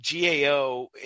GAO